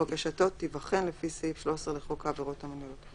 ובקשתו תיבחן לפי סעיף 13 לחוק העבירות המינהליות.